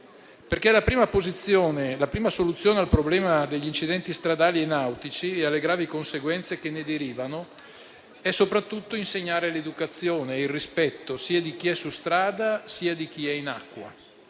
nautiche. La prima soluzione al problema degli incidenti stradali e nautici e delle gravi conseguenze che ne derivano è soprattutto insegnare l'educazione e il rispetto, sia di chi è su strada, sia di chi è in acqua.